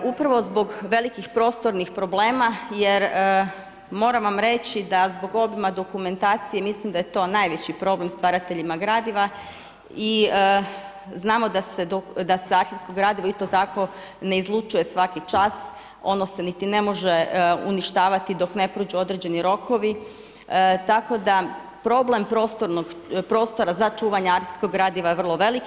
Upravo zbog velikih prostornih problema jer moram vam reći da zbog obima dokumentacije mislim da je to najveći problem stvarateljima gradiva i znamo da se arhivsko gradivo isto tako ne izlučuje svaki čas, ono se niti ne može uništavati dok ne prođu određeni rokovi, tako da problem prostora za čuvanje arhivskog gradiva je vrlo veliki.